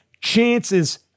chances